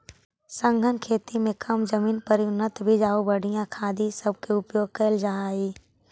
सघन खेती में कम जमीन पर ही उन्नत बीज आउ बढ़ियाँ खाद ई सब के उपयोग कयल जा हई